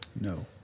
No